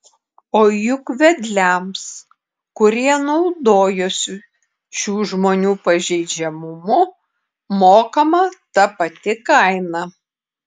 o juk vedliams kurie naudojosi šių žmonių pažeidžiamumu mokama ta pati kaina